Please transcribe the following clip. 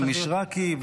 מישרקי.